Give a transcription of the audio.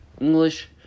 English